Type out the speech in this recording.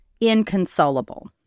inconsolable